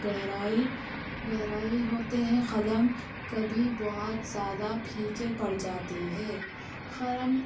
گہرائی گہرائی ہوتے ہیں قلم کبھی بہت زیادہ پھیکے پڑ جاتے ہیں قلم